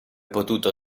potuto